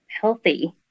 healthy